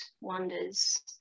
wonders